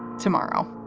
tomorrow